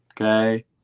okay